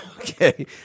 Okay